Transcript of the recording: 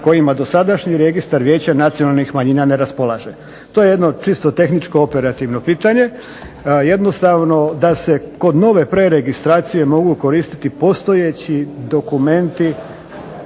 kojima dosadašnji registar vijeće nacionalnih manjina ne raspolaže. To je jedno čisto tehničko operativno pitanje, jednostavno da se kod nove preregistracije mogu koristiti postojeći dokumenti